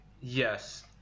yes